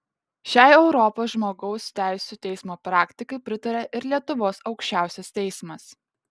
šiai europos žmogaus teisių teismo praktikai pritaria ir lietuvos aukščiausias teismas